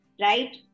right